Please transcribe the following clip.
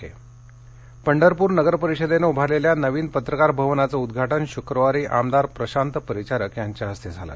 पंढरपूर पंढरपूर नगरपरिषदेनं उभारलेल्या नवीन पत्रकार भवनाचं उद्घाटन शुक्रवारी आमदार प्रशांत परिचारक यांच्या हस्ते झालं